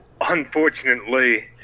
Unfortunately